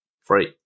Free